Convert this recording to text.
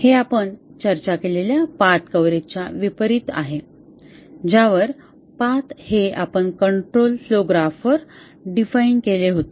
हे आपण चर्चा केलेल्या पाथ कव्हरेजच्या विपरीत आहे ज्यावर पाथ हे आपण कंट्रोल फ्लो ग्राफवर डिफाइन केले होते